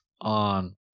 on